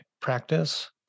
practice